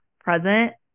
present